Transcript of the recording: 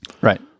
right